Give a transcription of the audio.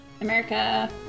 America